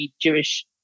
Jewish